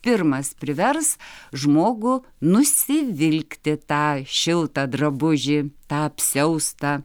pirmas privers žmogų nusivilkti tą šiltą drabužį tą apsiaustą